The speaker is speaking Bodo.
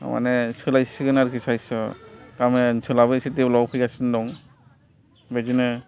दामाने सोलाय सिगोन आरो साइसआव गामि ओनसोलाबो एसे देभलबआव फैगासिनो दं बिदिनो